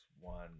One